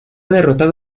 derrotado